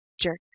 Jerk